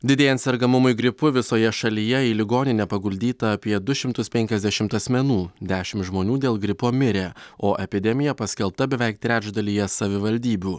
didėjant sergamumui gripu visoje šalyje į ligoninę paguldyta apie du šimtus penkiasdešimt asmenų dešimt žmonių dėl gripo mirė o epidemija paskelbta beveik trečdalyje savivaldybių